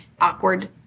awkward